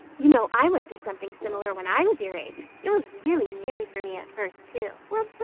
you know, i went through something similar when i was your age. it was really scary for me at first too.